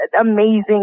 amazing